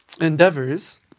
endeavors